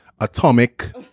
Atomic